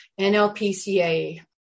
NLPCA